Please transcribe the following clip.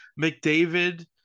McDavid